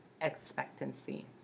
expectancy